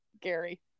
Gary